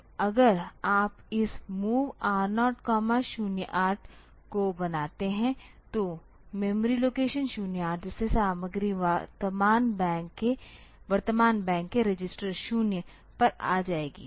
तो अगर आप इस MOV R008 को बनाते हैं तो मेमोरी लोकेशन 08 से सामग्री वर्तमान बैंक के रजिस्टर 0 पर आ जाएगी